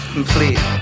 Complete